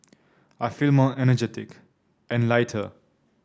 I feel more energetic and lighter